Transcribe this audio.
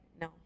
no